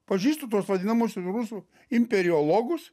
pažįstu tuos vadinamuosius rusų imperiologus